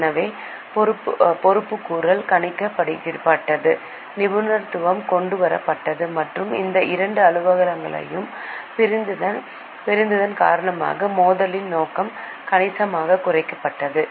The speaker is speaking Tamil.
எனவே பொறுப்புக்கூறல் கணக்கிடப்பட்டது நிபுணத்துவம் கொண்டுவரப்பட்டது மற்றும் இந்த இரண்டு அலுவலகங்களையும் பிரித்ததன் காரணமாக மோதலின் நோக்கம் கணிசமாகக் குறைக்கப்பட்டது